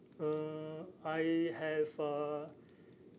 uh I have a